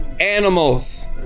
Animals